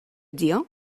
deal